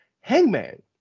Hangman